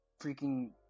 freaking